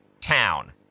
town